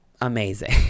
Amazing